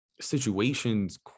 situations